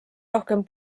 rohkem